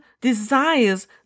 desires